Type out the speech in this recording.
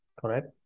Correct